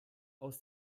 aus